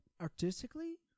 artistically